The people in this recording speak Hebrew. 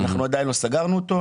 אנחנו עדיין לא סגרנו אותו,